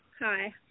Hi